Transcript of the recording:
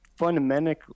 Fundamentally